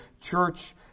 church